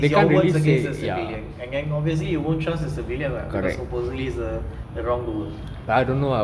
is your words against the civilian and then obviously you won't trust a civilian what because supposedly he is the wrongdoer